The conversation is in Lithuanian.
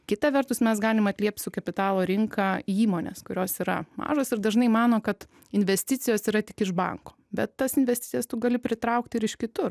kita vertus mes galim atliept su kapitalo rinka įmones kurios yra mažos ir dažnai mano kad investicijos yra tik iš banko bet tas investicijas tu gali pritraukt ir iš kitur